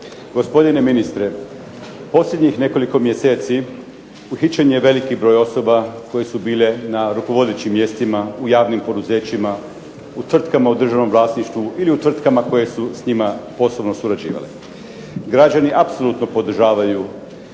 Gospodine ministre posljednjih nekoliko mjeseci uhićen je veliki broj osoba koje su bile na rukovodećim mjestima u javnim poduzećima u tvrtkama u državnom vlasništvu ili u tvrtkama koje su s njima poslovno surađivale. Građani apsolutno podržavaju